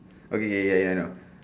okay K K I I know